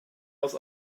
aus